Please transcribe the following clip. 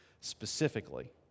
specifically